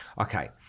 Okay